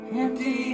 empty